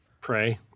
Pray